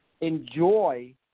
enjoy